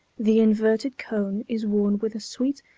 the inverted cone is worn with a sweet,